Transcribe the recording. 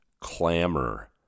clamor